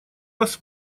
вас